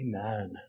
Amen